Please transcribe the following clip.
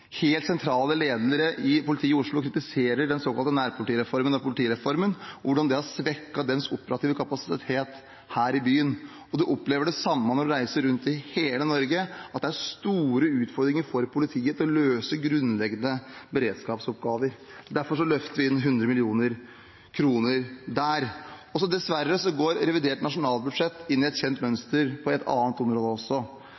helt sentrale ledere i politiet i Oslo kritiserer den såkalte nærpolitireformen, politireformen, hvordan det har svekket politiets operative kapasitet her i byen, og man opplever det samme i hele Norge når man reiser rundt, at det er store utfordringer for politiet med hensyn til å løse grunnleggende beredskapsoppgaver. Derfor løfter vi inn 100 mill. kr der. Dessverre går revidert nasjonalbudsjett inn i et kjent